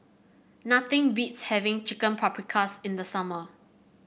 nothing beats having Chicken Paprikas in the summer